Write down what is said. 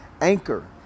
Anchor